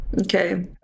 Okay